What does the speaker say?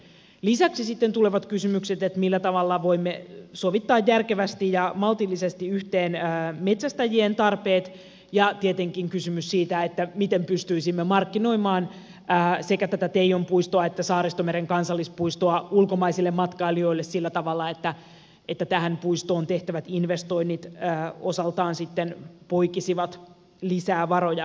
lisäksi sitten tulevat kysymykset millä tavalla voimme sovittaa järkevästi ja maltillisesti yhteen metsästäjien tarpeet ja tietenkin kysymys siitä miten pystyisimme markkinoimaan sekä tätä teijon puistoa että saaristomeren kansallispuistoa ulkomaisille matkailijoille sillä tavalla että tähän puistoon tehtävät investoinnit osaltaan sitten poikisivat lisää varoja kansantalouteemme